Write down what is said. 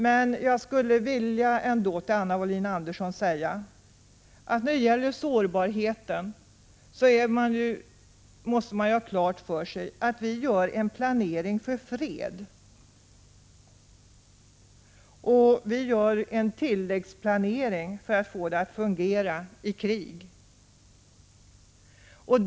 Men jag skulle vilja säga till Anna Wohlin-Andersson när det gäller sårbarheten att man måste ha klart för sig att vi gör en planering för fred och en tilläggsplanering för att få det hela att fungera i krig.